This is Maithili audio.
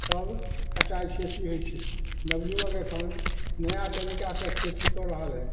तब कटाइ छै अथी होइ छै नवयुवक एखन नया तरीकासँ खेती कऽ रहल हइ